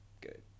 good